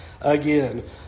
again